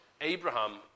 abraham